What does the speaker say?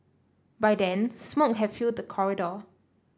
by then smoke have filled the corridor